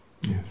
Yes